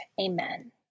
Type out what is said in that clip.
Amen